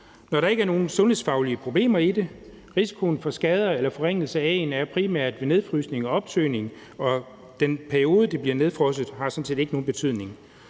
når der ikke er nogen sundhedsfaglige problemer i det. Risikoen for skader eller forringelser af æggene er primært ved nedfrysning og optøning, og den periode, de bliver nedfrosset, har sådan set ikke nogen betydning.